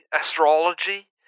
Astrology